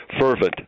Fervent